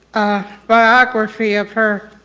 a biography of her.